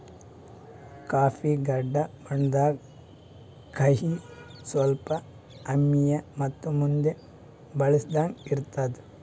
coffee ಗಾಢ ಬಣ್ಣುದ್, ಕಹಿ, ಸ್ವಲ್ಪ ಆಮ್ಲಿಯ ಮತ್ತ ಮಂದಿ ಬಳಸಂಗ್ ಇರ್ತದ